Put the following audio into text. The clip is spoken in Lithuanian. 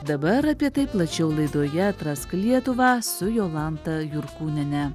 dabar apie tai plačiau laidoje atrask lietuvą su jolanta jurkūnienė